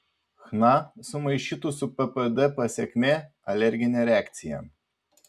chna sumaišytų su ppd pasekmė alerginė reakcija